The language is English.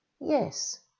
Yes